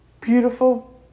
beautiful